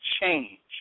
change